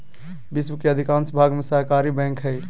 विश्व के अधिकांश भाग में सहकारी बैंक हइ